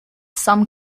some